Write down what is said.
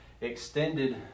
extended